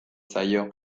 zaio